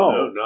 no